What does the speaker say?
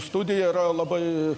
studija yra labai